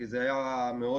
כי זה היה מזמן,